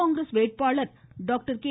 காங்கிரஸ் வேட்பாளர் doctor K